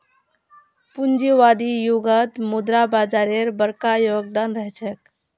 पूंजीवादी युगत मुद्रा बाजारेर बरका योगदान रह छेक